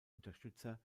unterstützer